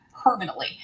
permanently